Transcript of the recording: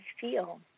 feel